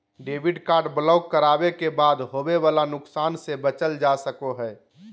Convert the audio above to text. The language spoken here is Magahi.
डेबिट कार्ड ब्लॉक करावे के बाद होवे वाला नुकसान से बचल जा सको हय